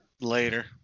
later